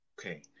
Okay